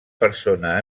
persona